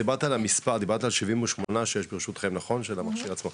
דיברת על המספר 78 שיש ברשותכם של המכשיר עצמו.